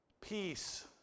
Peace